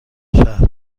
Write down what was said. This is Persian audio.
شهر